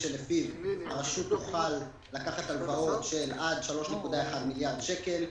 שוטפת הוראות שעה), התש"ף-2020, מ/1359.